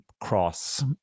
cross